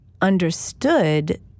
understood